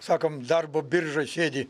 sakom darbo biržoj sėdi